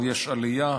אבל יש עלייה,